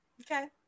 Okay